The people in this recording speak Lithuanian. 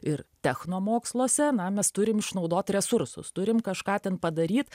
ir techno moksluose na mes turim išnaudot resursus turim kažką ten padaryt